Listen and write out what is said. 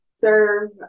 serve